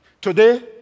Today